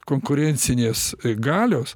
konkurencinės galios